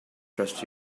trusted